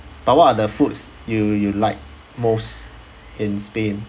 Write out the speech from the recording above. but what are the foods you you liked most in spain